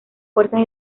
fuerzas